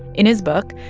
in his book,